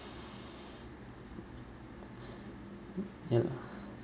ya